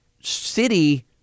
city